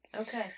Okay